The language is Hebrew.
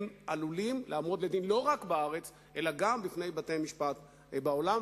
הם עלולים לעמוד לדין לא רק בארץ אלא גם בפני בתי-משפט בעולם,